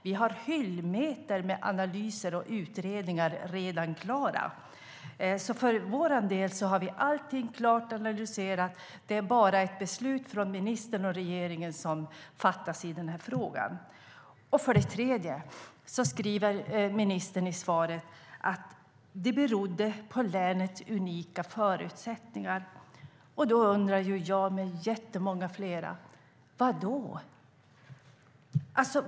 Vi har hyllmeter med analyser och utredningar som redan är klara, så för vår del är allting färdiganalyserat - det är bara ett beslut från ministern och regeringen som fattas i frågan. För det tredje skriver ministern i svaret att avslaget berodde på länets "unika förutsättningar". Då undrar jag och jättemånga fler med mig: Vad då?